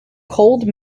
cold